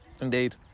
Indeed